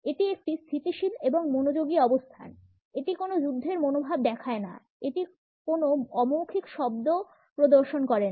এটি একটি স্থিতিশীল এবং মনোযোগী অবস্থান এটি কোন যুদ্ধের মনোভাব দেখায় না এটি কোন অমৌখিক শব্দও প্রদর্শন করে না